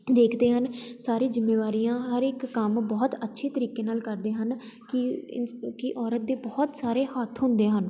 ਦੇਖਦੇ ਹਨ ਸਾਰੀ ਜਿੰਮੇਵਾਰੀਆਂ ਹਰ ਇੱਕ ਕੰਮ ਬਹੁਤ ਅੱਛੇ ਤਰੀਕੇ ਨਾਲ ਕਰਦੇ ਹਨ ਕਿ ਇੰਸ ਕਿ ਔਰਤ ਦੇ ਬਹੁਤ ਸਾਰੇ ਹੱਥ ਹੁੰਦੇ ਹਨ